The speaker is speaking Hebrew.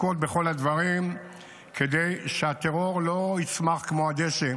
לנקוט את כל הדברים כדי שהטרור לא יצמח כמו הדשא.